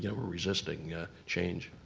yeah were resisting change.